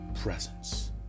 presence